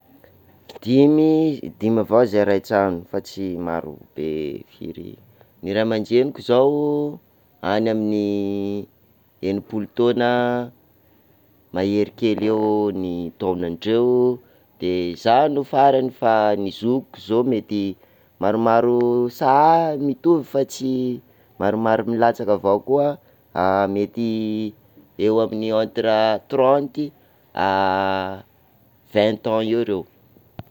Dimy, dimy avao zay ray trano, fa tsy marobe firy, ny ray aman-dreniko zao any amin'ny enimpolo taona a mahery kely eo ny taonan-dreo, de zaho no farany fa ny zokiko zao mety, maromaro sa- mitovy fa tsy, maromaro milatsaka avao koa, mety eo amin'ny entre trente à vignt ans eo reo.